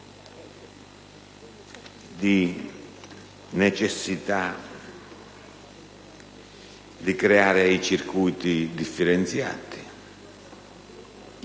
necessità di creare i circuiti differenziati,